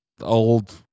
old